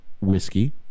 whiskey